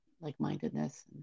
like-mindedness